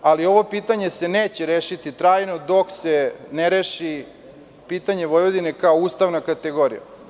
Ali, ovo pitanje se neće rešiti trajno, dok se ne reši pitanje Vojvodine, kao ustavna kategorija.